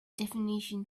definition